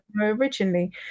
originally